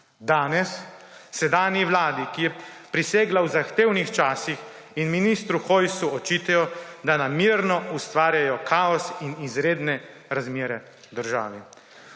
Danes sedanji vladi, ki je prisegla v zahtevnih časih, in ministru Hojsu očitajo, da namerno ustvarja kaos in izredne razmere v državi.